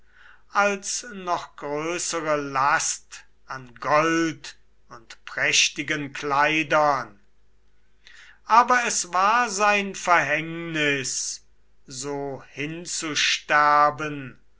als noch größere last an gold und prächtigen kleidern aber es war sein verhängnis so hinzusterben